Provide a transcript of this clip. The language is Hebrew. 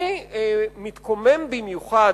אני מתקומם במיוחד,